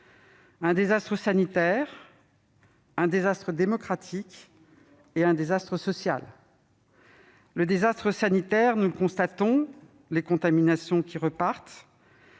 un désastre sanitaire, un désastre démocratique et un désastre social. Un désastre sanitaire, d'abord. Nous le constatons : les contaminations repartent,